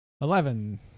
Eleven